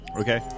Okay